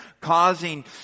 causing